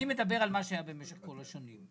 אני מדבר על מה שהיה במשך כל השנים.